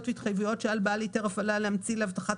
והתחייבויות שעל בעל היתר הפעלה להמציא להבטחת